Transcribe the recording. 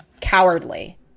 cowardly